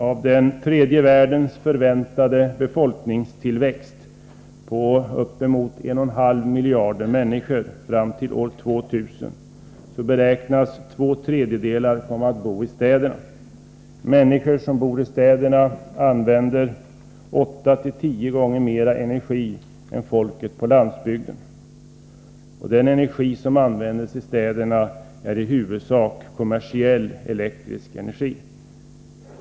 Av den tredje världens förväntade befolkningstillväxt på uppemot 1 1/2 miljard människor fram till år 2000 beräknas två tredjedelar komma att gå till städerna. Människor som bor i städerna använder åtta till tio gånger mera energi än folket på landsbygden. Den energi som används i städerna är i huvudsak kommersiell elektrisk energi.